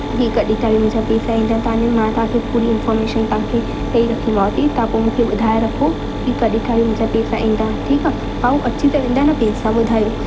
की कढी ताईं मुंहिंजा पैसा ईंदा ताईं मां तव्हांखे पूरी इंफॉर्मेशन तव्हांखे ॾेई रखीमांव थी तव्हां पोइ मूंखे ॿुधाए रखो की कढी ताईं मुंहिंजा पैसा ईंदा ठीकु आहे भाऊं अची त वेंदा आहिनि पैसा ॿुधायो